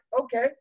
okay